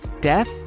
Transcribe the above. Death